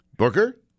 Booker